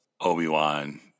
Obi-Wan